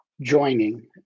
joining